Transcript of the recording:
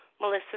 Melissa